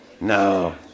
No